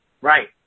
Right